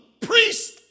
priest